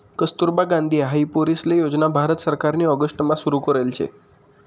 कस्तुरबा गांधी हाई पोरीसले योजना भारत सरकारनी ऑगस्ट मा सुरु करेल शे